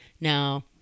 Now